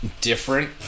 different